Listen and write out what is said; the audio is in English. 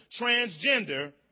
transgender